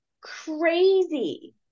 crazy